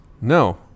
no